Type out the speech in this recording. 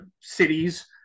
cities